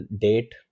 date